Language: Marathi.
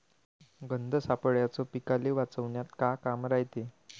गंध सापळ्याचं पीकाले वाचवन्यात का काम रायते?